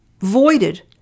voided